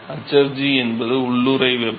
hfg என்பது உள்ளூறை வெப்பம்